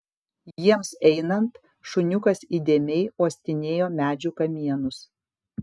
jiems einant šuniukas įdėmiai uostinėjo medžių kamienus